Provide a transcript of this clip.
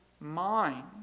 mind